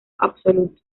absoluto